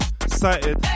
excited